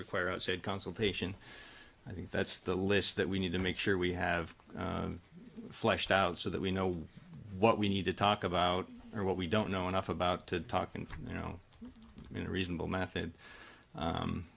require outside consultation i think that's the list that we need to make sure we have fleshed out so that we know what we need to talk about or what we don't know enough about to talk and you know in a reasonable method